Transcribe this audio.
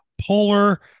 polar